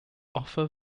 offer